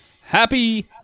Happy